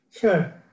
Sure